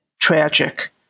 tragic